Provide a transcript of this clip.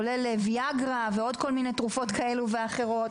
כולל ויאגרה ועוד כל מיני תרופות כאלה ואחרות.